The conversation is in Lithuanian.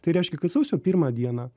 tai reiškia kad sausio pirmą dieną